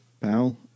pal